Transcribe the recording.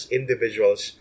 individuals